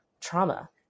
trauma